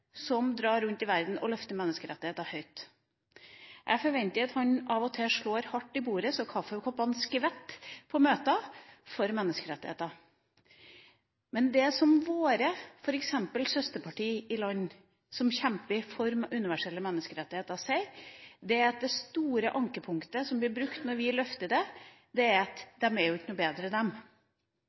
som drar rundt i verden og løfter menneskerettigheter høyt. Jeg forventer at han av og til slår så hardt i bordet for menneskerettigheter at kaffekoppene skvetter på møter. Men det f.eks. våre søsterpartier i land som kjemper for universelle menneskerettigheter, sier, er at det store ankepunktet som blir brukt når vi løfter dette, er: Dere ikke er noe bedre,